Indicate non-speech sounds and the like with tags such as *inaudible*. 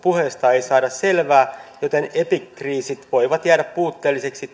puheesta ei saada selvää epikriisit voivat jäädä puutteellisiksi *unintelligible*